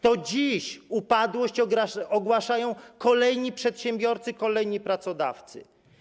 To dziś upadłość ogłaszają kolejni przedsiębiorcy, kolejni pracodawcy.